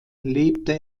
lebte